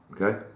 okay